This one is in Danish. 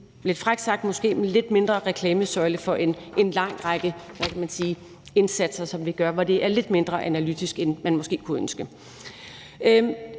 lidt frækt sagt – reklamesøjle for en lang række indsatser, som vi gør, og som er lidt mindre analytisk baseret, end man måske kunne ønske.